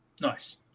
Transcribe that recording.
Nice